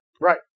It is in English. Right